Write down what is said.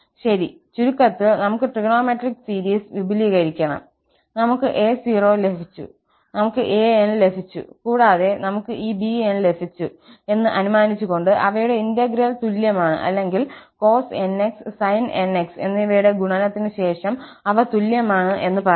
ശരി ചുരുക്കത്തിൽ നമുക്ക് ട്രിഗണോമെട്രിക് സീരീസ് വിപുലീകരിക്കണം നമുക്ക് a0 ലഭിച്ചുനമുക്ക് an ലഭിച്ചു കൂടാതെ നമുക്ക് ഈ bn ലഭിച്ചു എന്ന് അനുമാനിച്ചുകൊണ്ട് അവയുടെ ഇന്റഗ്രൽ തുല്യമാണ് അല്ലെങ്കിൽ cos nx sin nx എന്നിവയുടെ ഗുണനത്തിനു ശേഷം അവ തുല്യമാണ് എന്ന് പറയാം